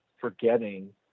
forgetting